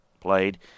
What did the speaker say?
played